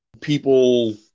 people –